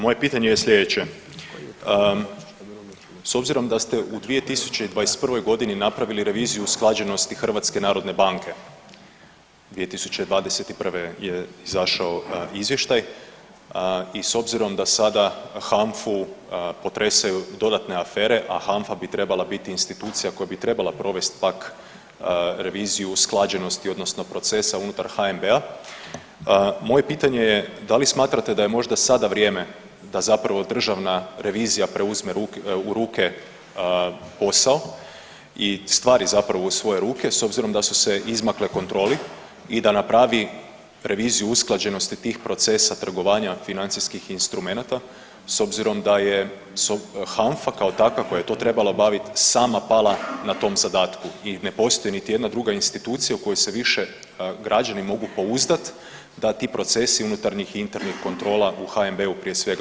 Moje pitanje je sljedeće, s obzirom da ste u 2021.g. napravili reviziju usklađenosti HNB-a 2021. je izašao izvještaj i s obzirom da sada HANFA-u potresaju dodatne afere, a HANFA bi trebala biti institucija koja bi trebala provest pak reviziju usklađenosti odnosno procesa unutar HNB-a, moje pitanje je da li smatrate da je možda sada vrijeme da zapravo državna revizija preuzme u ruke posao i stvari zapravo u svoje ruke s obzirom da su se izmakle kontroli i da napravi reviziju usklađenosti tih procesa trgovanja financijskih instrumenata s obzirom da je HANFA kao takva koja je to trebala obavit sama pala na tom zadatku i ne postoji niti jedna druga institucija u kojoj se više građani mogu pouzdat da ti procesi unutarnjih internih kontrola u HNB-u prije svega